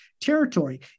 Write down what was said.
Territory